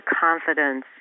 confidence